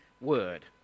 word